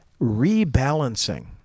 rebalancing